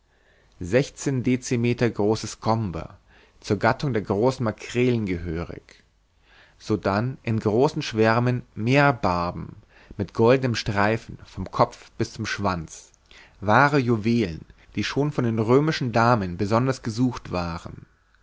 sechzehn decimeter große skomber zur gattung der großen makrelen gehörig sodann in großen schwärmen meerbarben mit goldenen streifen vom kopf bis zum schwanz wahre juwelen die schon von den römischen damen besonders gesucht waren